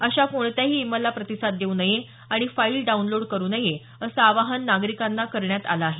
अशा कोणत्याही ईमेल ला प्रतिसाद देऊ नये आणि फाईल डाऊनलोड करु नये असं आवाहन नागरिकांना करण्यात आलं आहे